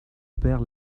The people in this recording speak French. perds